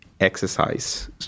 exercise